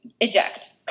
eject